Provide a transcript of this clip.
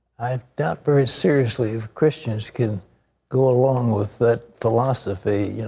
i doubt very seriously if christians can go along with that philosophy, yeah